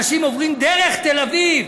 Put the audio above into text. אנשים עוברים דרך תל-אביב